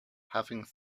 having